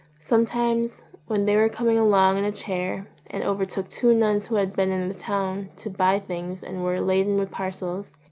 sometimes when they were coming along in a chair and overtook two nuns who had been in the town to buy things and were laden with parcels,